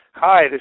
Hi